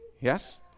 yes